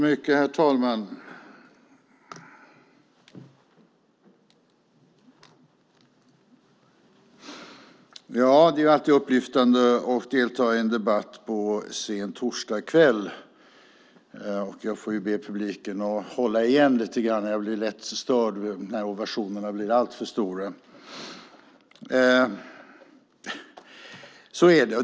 Herr talman! Det är alltid upplyftande att delta i en debatt en sen torsdagskväll, och jag får be publiken att hålla igen lite grann. Jag blir nämligen så lätt störd när ovationerna blir alltför kraftiga.